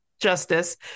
justice